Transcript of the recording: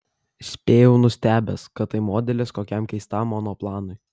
spėjau nustebęs kad tai modelis kokiam keistam monoplanui